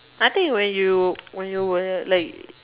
I think when you when you were like